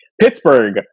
Pittsburgh